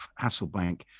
Hasselbank